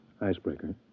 icebreaker